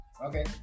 Okay